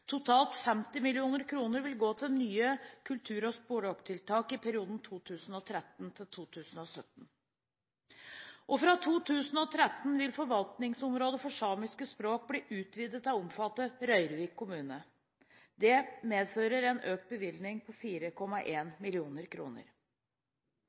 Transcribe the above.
Totalt 50 mill. kr vil gå til nye kultur- og språktiltak i perioden 2013–2017. Fra 2013 vil forvaltningsområdet for samiske språk bli utvidet til å omfatte Røyrvik kommune. Det medfører en økt bevilgning på